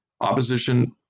Opposition